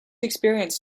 experience